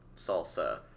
salsa